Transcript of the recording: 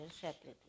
separately